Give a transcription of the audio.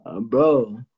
bro